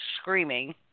screaming